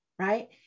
right